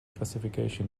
classification